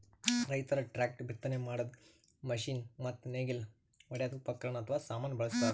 ರೈತರ್ ಟ್ರ್ಯಾಕ್ಟರ್, ಬಿತ್ತನೆ ಮಾಡದ್ದ್ ಮಷಿನ್ ಮತ್ತ್ ನೇಗಿಲ್ ಹೊಡ್ಯದ್ ಉಪಕರಣ್ ಅಥವಾ ಸಾಮಾನ್ ಬಳಸ್ತಾರ್